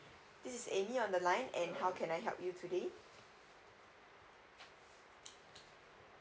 this in amy on the line and how can I help you today